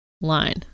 line